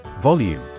Volume